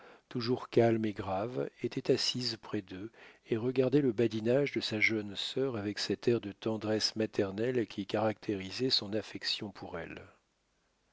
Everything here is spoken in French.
toujours calme et grave était assise près d'eux et regardait le badinage de sa jeune sœur avec cet air de tendresse maternelle qui caractérisait son affection pour elle